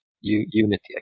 Unity